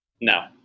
No